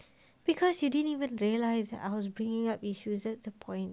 because you didn't even realise that I was bringing up issues that's the point